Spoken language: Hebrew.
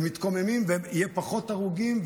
הם מתקוממים ויהיו פחות הרוגים,